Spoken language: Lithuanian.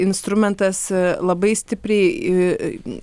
instrumentas labai stipriai į